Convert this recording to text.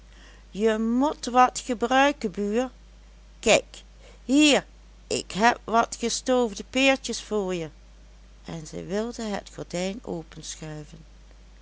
je mot wat gebruiken buur kijk hier heb ik wat gestoofde peertjes voor je en zij wilde het gordijn